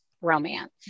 romance